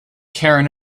karen